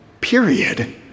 period